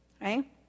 Right